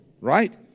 right